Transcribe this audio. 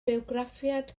bywgraffiad